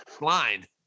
line